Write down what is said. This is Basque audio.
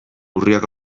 urriak